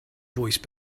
voice